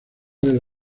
del